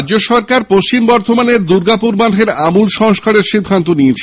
রাজ্য সরকার পশ্চিম বর্ধমানের দুর্গাপুর বাঁধের আমূল সংস্কারের সিদ্ধান্ত নিয়েছে